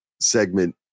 segment